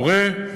מורה,